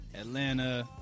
Atlanta